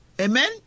Amen